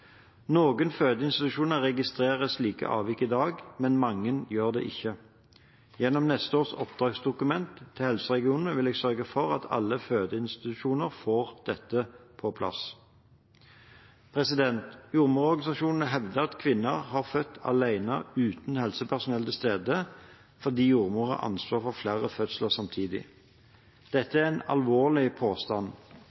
Noen fødeinstitusjoner registrerer slike avvik i dag, men mange gjør det ikke. Gjennom neste års oppdragsdokument til helseregionene vil jeg sørge for at alle fødeinstitusjonene får dette på plass. Jordmororganisasjonene hevder at kvinner har født alene uten helsepersonell til stede, fordi jordmor hadde ansvar for flere fødsler samtidig. Dette